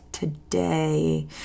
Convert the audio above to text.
today